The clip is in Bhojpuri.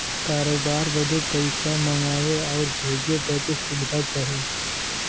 करोबार बदे पइसा मंगावे आउर भेजे बदे सुविधा चाही